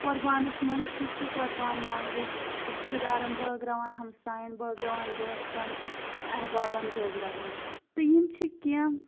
قۄربانَس منٛز چھُ سُہ قۄربان منٛز أسۍ رِشتہٕ دارن بٲگراوان ہمساین بٲگراوان دوسَن احبابن بٲگراوان تہٕ یِم چھِ کینٛہہ